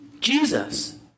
Jesus